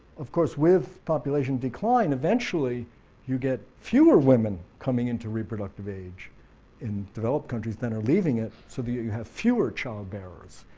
of course with population decline, eventually you get fewer women coming into reproductive age in developed countries then are leaving it, so that you have fewer child bearers,